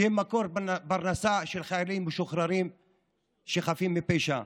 שהם מקור פרנסה של חיילים משוחררים חפים מפשע.